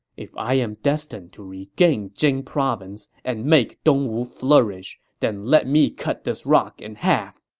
if i am destined to regain jing province and make dongwu flourish, then let me cut this rock in half!